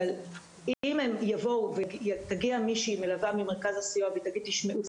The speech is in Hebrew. אבל אם תגיע מלווה ממרכז הסיוע ותגיד: תשמעו,